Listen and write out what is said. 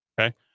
Okay